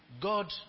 God